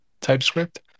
TypeScript